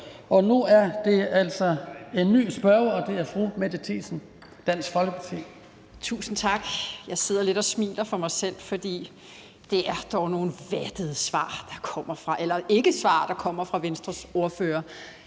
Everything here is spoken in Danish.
Nu er der altså en ny spørger, og det er fru Mette Thiesen, Dansk Folkeparti. Kl. 09:55 Mette Thiesen (DF): Tusind tak. Jeg sidder og smiler lidt for mig selv, for det er dog nogle vattede svar – eller ikkesvar – der kommer fra Venstres ordfører.